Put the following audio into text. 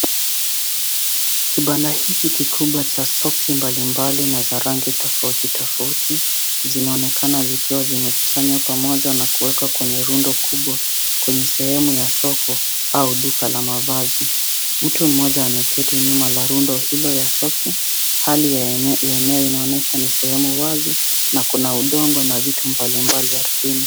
Kibanda hiki kikubwa cha soksi mbalimbali na za rangi tofauti tofauti zinaonekana zikiwa zimekusanywa pamoja na kuwekwa kwenye rundo kubwa kwenye sehemu ya soko au duka la mavazi. Mtu mmoja ameketi nyuma la rundo hilo ya soksi. Hali yenyewe inaonyesha ni sehemu wazi na kuna udongo na vitu mbalimbali ardhini.